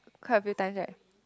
quite a few times right